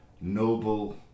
noble